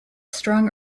strong